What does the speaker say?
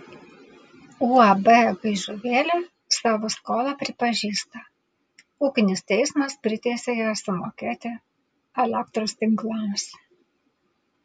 uab gaižuvėlė savo skolą pripažįsta ūkinis teismas priteisė ją sumokėti elektros tinklams